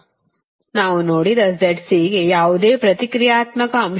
ಆದ್ದರಿಂದ ನಾವು ನೋಡಿದ Zc ಗೆ ಯಾವುದೇ ಪ್ರತಿಕ್ರಿಯಾತ್ಮಕ ಅಂಶಗಳಿಲ್ಲ